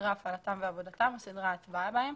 סדרי הפעלתם ועבודתם וסדרי ההצבעה בהם,